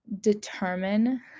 determine